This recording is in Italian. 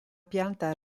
pianta